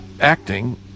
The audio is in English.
acting